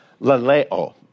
laleo